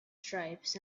stripes